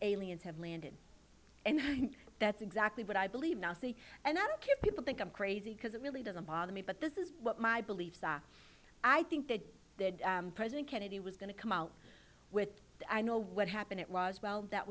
aliens have landed and that's exactly what i believe nazi and other kid people think i'm crazy because it really doesn't bother me but this is what my beliefs i think that president kennedy was going to come out with i know what happened it was well that